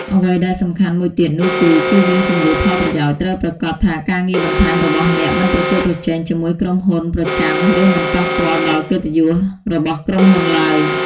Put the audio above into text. អ្វីដែលសំខាន់មួយទៀតនោះគឺជៀសវាងជម្លោះផលប្រយោជន៍ត្រូវប្រាកដថាការងារបន្ថែមរបស់អ្នកមិនប្រកួតប្រជែងជាមួយក្រុមហ៊ុនប្រចាំ ឬមិនប៉ះពាល់ដល់កិត្តិយសរបស់ក្រុមហ៊ុនឡើយ។